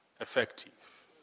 effective